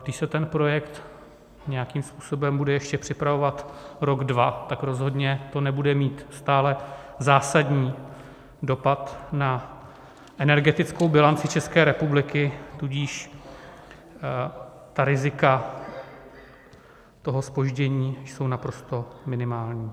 Když se ten projekt nějakým způsobem bude ještě připravovat rok, dva, tak rozhodně to nebude mít stále zásadní dopad na energetickou bilanci České republiky, tudíž rizika toho zpoždění jsou naprosto minimální.